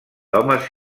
homes